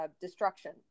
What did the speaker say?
destruction